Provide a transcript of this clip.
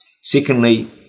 Secondly